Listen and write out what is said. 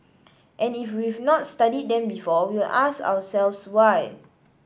and if we've not studied them before we'll ask ourselves why